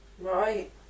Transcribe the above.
Right